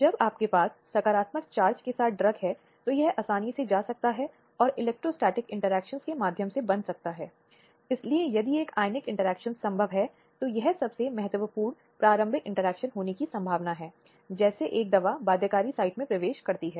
यह हिंसा का एक गंभीर कार्य है एक महिला के निजी व्यक्ति का और 1996 में बोधिसत्व गौथम बनाम शुभ्रा चक्रवर्ती के मामले में सर्वोच्च न्यायालय द्वारा वार्णित किया गया था